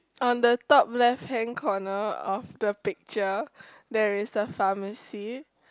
on the top left hand corner of the picture there is a pharmacy